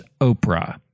Oprah